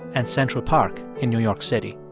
and central park in new york city